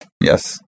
Yes